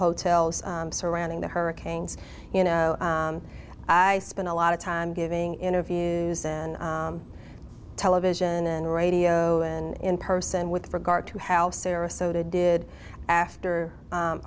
hotels surrounding the hurricanes you know i spent a lot of time giving interviews and television and radio and in person with regard to how sarasota did after